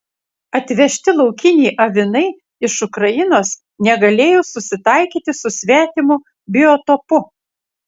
atvežti laukiniai avinai iš ukrainos negalėjo susitaikyti su svetimu biotopu